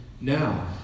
now